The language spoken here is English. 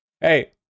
Hey